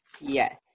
Yes